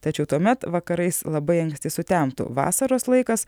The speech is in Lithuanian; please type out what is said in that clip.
tačiau tuomet vakarais labai anksti sutemtų vasaros laikas